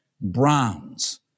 browns